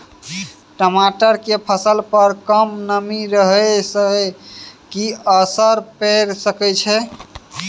टमाटर के फसल पर कम नमी रहै से कि असर पैर सके छै?